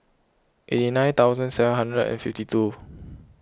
eighty nine thousand seven hundred and fifty two